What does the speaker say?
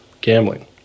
gambling